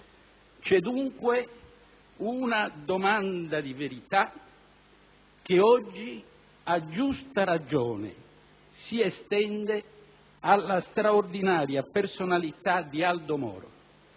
C'è dunque una domanda di verità che oggi a giusta ragione si estende alla straordinaria personalità di Aldo Moro,